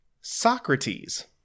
Socrates